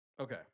Okay